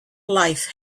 life